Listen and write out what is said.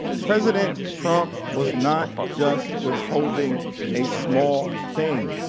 president trump was not just withholding a small thing.